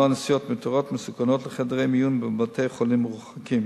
נסיעות מיותרות ומסוכנות לחדרי מיון בבתי-חולים מרוחקים.